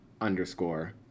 underscore